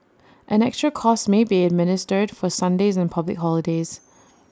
an extra cost may be administered for Sundays and public holidays